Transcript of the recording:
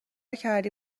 کردی